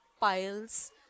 piles